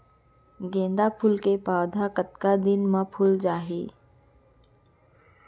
गेंदा फूल के पौधा कतका दिन मा फुल जाही?